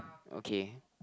okay